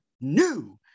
new